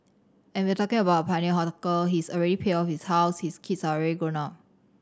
and if you're talking about a pioneer hawker he's already paid off his house his kids are already grown up